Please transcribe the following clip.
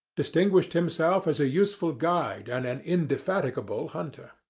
distinguished himself as a useful guide and an indefatigable hunter.